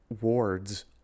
wards